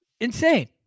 insane